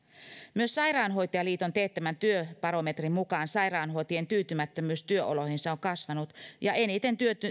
myös sairaanhoitajaliiton teettämän työbarometrin mukaan sairaanhoitajien tyytymättömyys työoloihinsa on kasvanut ja eniten